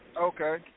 Okay